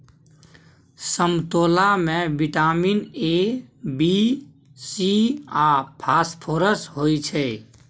समतोला मे vitamin A, B, C आ फास्फोरस होइ छै